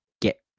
get